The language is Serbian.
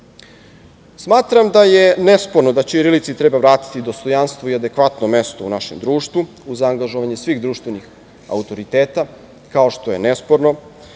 zemlji. Smatram da je nesporno da ćirilici treba vratiti dostojanstvo i adekvatno mesto u našem društvu, uz angažovanje svih društvenih autoriteta, kao što je nesporno